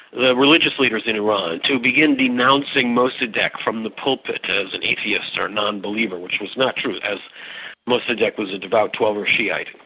the religious leaders in iran, to begin denouncing mossadeq from the pulpit as an atheist, or non-believer, which was not true, as mossadeq was a devout twelver shi'ite.